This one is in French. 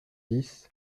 dix